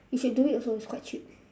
you should do it also it's quite cheap